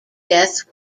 death